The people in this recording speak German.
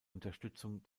unterstützung